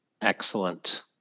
Excellent